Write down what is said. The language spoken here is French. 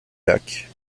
lac